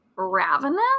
ravenous